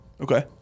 Okay